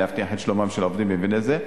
להבטיח את שלומם של העובדים במבנה זה,